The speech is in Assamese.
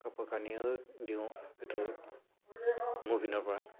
কাপোৰ কানিও দিওঁ সেইটো মোৰ পিনৰপৰা